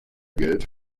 geld